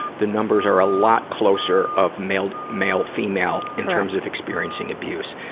the numbers are a lot closer of male male female in terms of experiencing abuse.